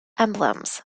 emblems